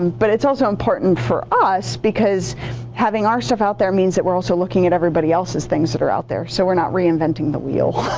but it's also important for us because having our stuff out there means that we're also looking at everybody else's things that are out that so we're not reinventing the wheel.